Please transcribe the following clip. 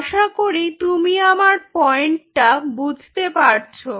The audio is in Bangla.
আশা করি তুমি আমার পয়েন্টটা বুঝতে পারছো